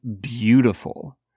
beautiful